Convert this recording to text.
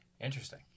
Interesting